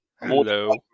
Hello